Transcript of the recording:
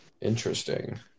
interesting